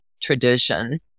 tradition